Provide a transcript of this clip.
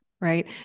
Right